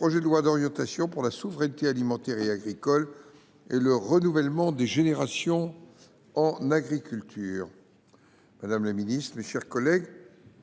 d’orientation pour la souveraineté alimentaire et agricole et le renouvellement des générations en agriculture (projet n° 639 [2023 2024],